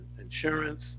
insurance